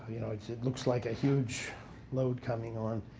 you know, it yeah it looks like a huge load coming on.